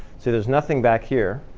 so there's nothing back here.